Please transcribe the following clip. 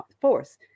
force